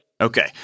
Okay